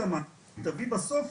בסוף